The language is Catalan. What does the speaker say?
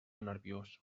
nerviós